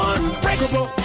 Unbreakable